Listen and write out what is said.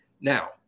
Now